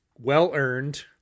well-earned